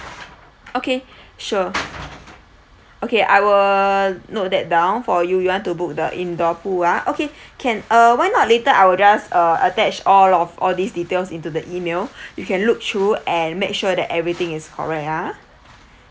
okay sure okay I will note that down for you you want to book the indoor pool ah okay can uh why not later I will just uh attached all of all these details into the email you can look through and make sure that everything is correct ah